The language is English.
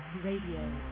Radio